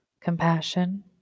compassion